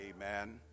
Amen